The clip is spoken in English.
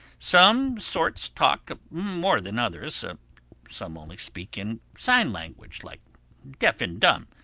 some sorts talk more than others some only speak in sign-language, like deaf-and-dumb.